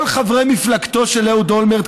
כל חברי מפלגתו של אהוד אולמרט,